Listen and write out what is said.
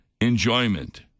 enjoyment